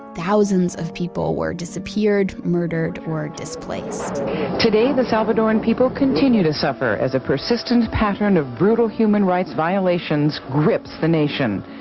thousands of people were disappeared, murdered, or displaced today the salvadorian people continue to suffer as a persistent pattern of brutal human rights violations, grips the nation.